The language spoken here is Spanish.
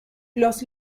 los